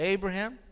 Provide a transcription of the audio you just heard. Abraham